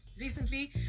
Recently